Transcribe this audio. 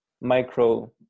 micro